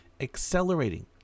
accelerating